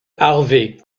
harvey